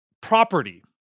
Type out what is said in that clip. property